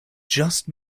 just